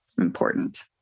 important